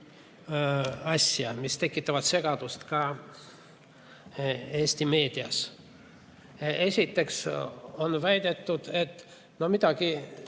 asja, mis tekitavad segadust ka Eesti meedias. Esiteks on väidetud, et no midagi